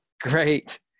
Great